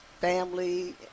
family